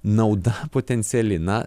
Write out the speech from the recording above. nauda potenciali na